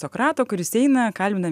sokrato kuris eina kalbina